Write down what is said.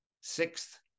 sixth